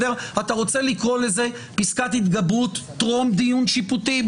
אתה רוצה לקרוא לזה פסקת התגברות טרום דיון שיפוטי?